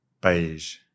Beige